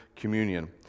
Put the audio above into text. communion